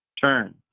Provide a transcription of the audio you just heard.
turn